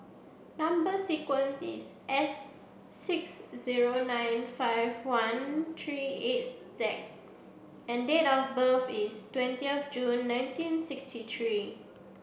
number sequence is S six zero nine five one three eight Z and date of birth is twentieth June nineteen sixty three